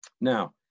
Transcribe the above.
Now